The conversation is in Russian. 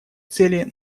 цели